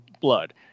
blood